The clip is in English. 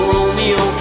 Romeo